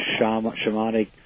shamanic